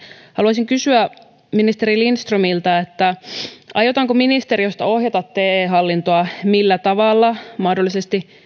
haluaisin kysyä ministeri lindströmiltä aiotaanko ministeriöstä ohjata te hallintoa ja millä tavalla mahdollisesti